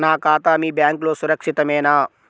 నా ఖాతా మీ బ్యాంక్లో సురక్షితమేనా?